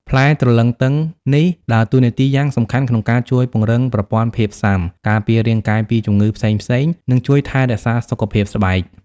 ផ្លែទ្រលឹងទឹងនេះ ដើរតួនាទីយ៉ាងសំខាន់ក្នុងការជួយពង្រឹងប្រព័ន្ធភាពស៊ាំ ការពាររាងកាយពីជំងឺផ្សេងៗ និងជួយថែរក្សាសុខភាពស្បែក។